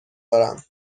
دارم